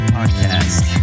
Podcast